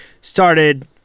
started